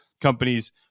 companies